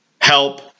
help